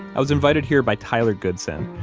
i was invited here by tyler goodson,